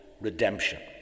redemption